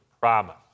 promise